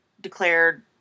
declared